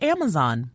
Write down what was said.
Amazon